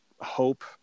hope